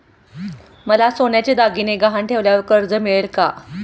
मला सोन्याचे दागिने गहाण ठेवल्यावर कर्ज मिळेल का?